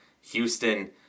Houston